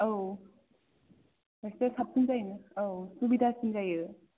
औ एसे साबफिन जायो औ सुबिदासिन जायो